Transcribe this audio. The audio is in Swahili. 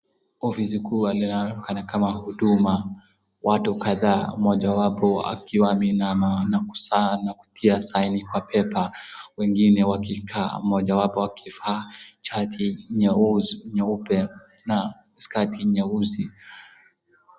Ofisi kuu linaonekana kama Huduma. Watu kadhaa, mmoja wapo akiwa ameinama na kutia saini kwa paper wengine wakikaa. Mmoja wapo akivaa shati nyeupe na skati nyeusi.